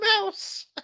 mouse